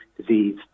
disease